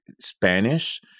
Spanish